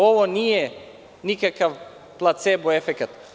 Ovo nije nikakav placebo efekat.